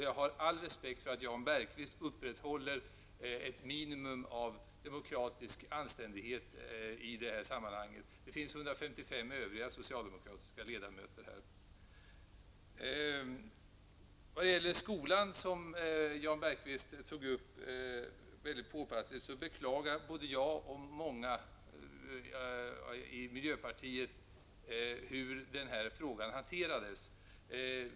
Jag har all respekt för att Jan Bergqvist upprätthåller ett minimum av demokratisk anständighet i detta sammanhang. Det finns dock ytterligare 155 socialdemokratiska ledamöter i riksdagen. Vad gäller skolan, vilket Jan Bergqvist tog upp på ett väldigt påpassligt sätt, beklagar både jag och många i miljöpartiet hur denna fråga hanterades.